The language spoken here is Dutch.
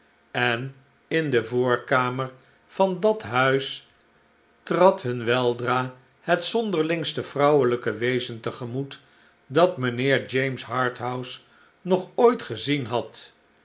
en in de voorkamer van dat huis trad hun weldra het zonderlingste vrouwelijk wezen te gemoet dat mijnheer james harthouse nog ooit gezien had